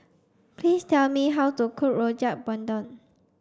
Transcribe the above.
please tell me how to cook Rojak Bandung